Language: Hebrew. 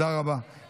לא נגמר לה הזמן.